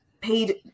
paid